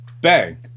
bang